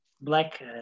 Black